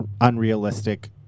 unrealistic